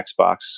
Xbox